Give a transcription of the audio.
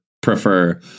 prefer